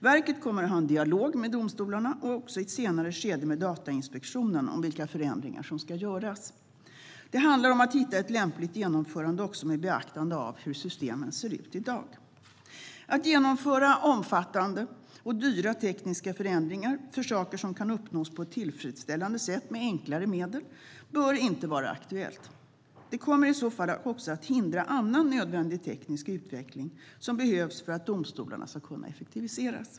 Verket kommer att ha en dialog med domstolarna och också i ett senare skede med Datainspektionen om vilka förändringar som ska göras. Det handlar om att hitta ett lämpligt genomförande också med beaktande av hur systemen ser ut i dag. Att genomföra omfattande och dyra tekniska förändringar för saker som kan uppnås på ett tillfredsställande sätt med enklare medel bör inte vara aktuellt. Det kommer i så fall också att hindra annan nödvändig teknisk utvecklig som behövs för att domstolarna ska kunna effektiviseras.